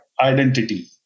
identity